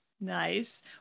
Nice